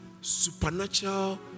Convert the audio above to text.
supernatural